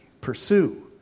pursue